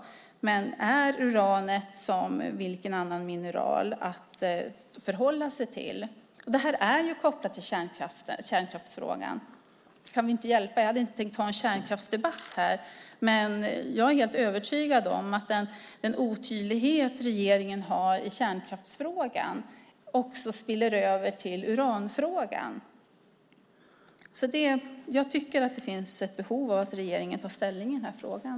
Är uran som vilket annat mineral som helst? Det här är kopplat till kärnkraftsfrågan. Jag hade inte tänkt ta en kärnkraftsdebatt här, men jag är helt övertygad om att den otydlighet regeringen visar i kärnkraftsfrågan också spiller över till uranfrågan. Jag tycker att det finns ett behov av att regeringen tar ställning i den här frågan.